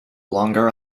longer